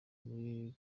muri